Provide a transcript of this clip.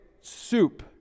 soup